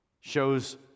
shows